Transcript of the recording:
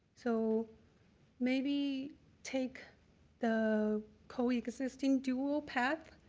so maybe take the coexisting dual path,